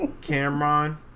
Cameron